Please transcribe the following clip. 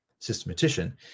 systematician